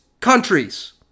countries